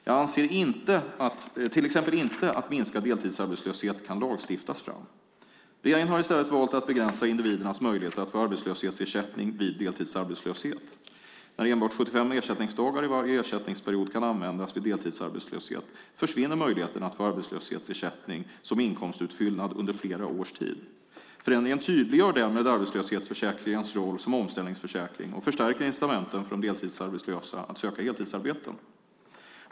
Jag anser till exempel inte att minskad deltidsarbetslöshet kan lagstiftas fram. Regeringen har i stället valt att begränsa individernas möjlighet att få arbetslöshetsersättning vid deltidsarbetslöshet. När enbart 75 ersättningsdagar i varje ersättningsperiod kan användas vid deltidsarbetslöshet försvinner möjligheten att få arbetslöshetsersättning som inkomstutfyllnad under flera års tid. Förändringen tydliggör därmed arbetslöshetsförsäkringens roll som omställningsförsäkring och förstärker incitamenten för de deltidsarbetslösa att söka heltidsarbeten.